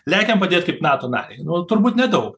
lekiam padėt kaip nato narei nu turbūt nedaug